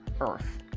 earth